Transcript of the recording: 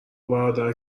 برادر